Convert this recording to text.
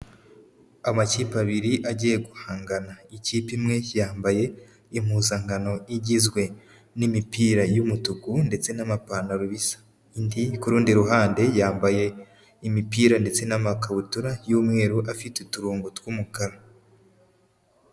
Amakipe abiri agiye guhangana, ikipe imwe yambaye impuzankano igizwe n'imipira y'umutuku ndetse n'amapantaro bisa. Indi ku rundi ruhande yambaye imipira ndetse n'amakabutura y'umweru afite uturongo tw'umukara.